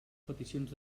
peticions